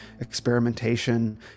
experimentation